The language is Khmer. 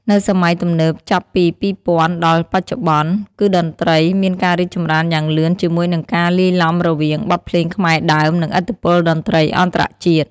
នៅសម័យទំនើបចាប់ ២០០០ ដល់បច្ចុប្បន្ន គឺតន្រ្តីមានការរីកចម្រើនយ៉ាងលឿនជាមួយនឹងការលាយឡំរវាង បទភ្លេងខ្មែរដើម និងឥទ្ធិពលតន្ត្រីអន្តរជាតិ។